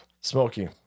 Smoky